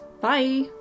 Bye